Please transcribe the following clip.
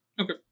Okay